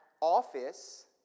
office